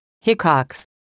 Hickox